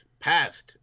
passed